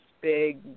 big